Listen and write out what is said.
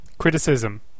Criticism